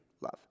love